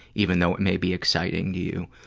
even though it may be exciting to you.